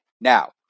Now